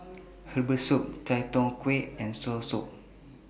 Herbal Soup Chai Tow Kway and Soursop